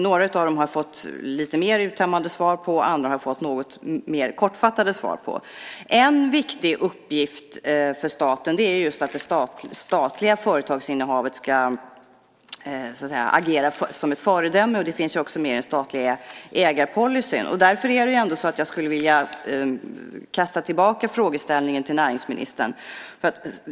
Några av dem har jag fått lite mer uttömmande svar på, andra har jag fått något mer kortfattade svar på. En viktig uppgift för staten är just att man, när det gäller det statliga företagsinnehavet, ska agera som ett föredöme. Det finns också med i den statliga ägarpolicyn. Därför skulle jag ändå vilja kasta tillbaka frågeställningen till näringsministern.